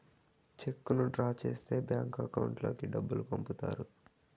చెక్కును డ్రా చేస్తే bank account లోకి డబ్బులు పంపుతారు